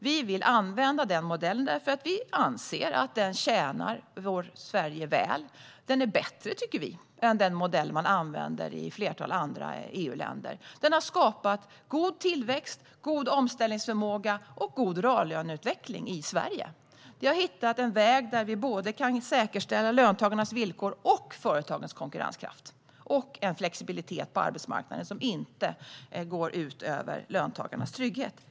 Vi vill använda denna modell därför att vi anser att den tjänar Sverige väl. Vi tycker att den är bättre än den modell som man använder i ett flertal andra EU-länder. Den har skapat god tillväxt, god omställningsförmåga och god reallöneutveckling i Sverige. Vi har hittat en väg där vi kan säkerställa löntagarnas villkor, företagens konkurrenskraft och en flexibilitet på arbetsmarknaden som inte går ut över löntagarnas trygghet.